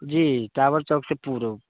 जी tower चौकसँ पूब